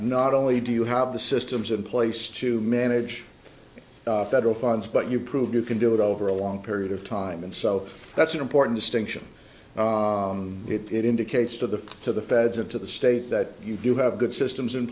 not only do you have the systems in place to manage federal funds but you prove you can do it over a long period of time and so that's an important distinction it indicates to the to the feds of to the state that you do have good systems in